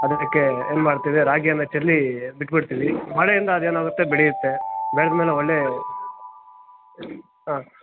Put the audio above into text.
ಅದಕ್ಕೆ ಏನು ಮಾಡ್ತೀವಿ ರಾಗಿಯನ್ನು ಚೆಲ್ಲಿ ಬಿಟ್ಬಿಡ್ತೀವಿ ಮಳೆಯಿಂದ ಅದೇನಾಗುತ್ತೆ ಬೆಳೆಯುತ್ತೆ ಬೆಳೆದ ಮೇಲೆ ಒಳ್ಳೆ ಹಾಂ